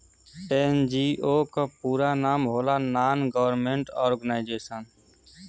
NGO क पूरा नाम होला नान गवर्नमेंट और्गेनाइजेशन